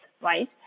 right